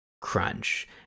crunch